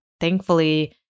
thankfully